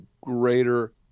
greater